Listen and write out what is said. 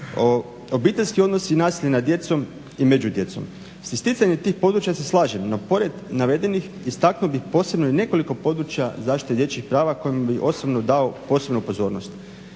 obiteljski odnosi i nasilje nad djecom i među djecom. S isticanjem tih područja se slažem, no pored navedenih istaknuo bih posebno i nekoliko područja zaštite dječjih prava kojima bih osobno dao posebnu pozornost.